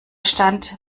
stand